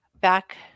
Back